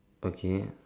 okay